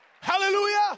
Hallelujah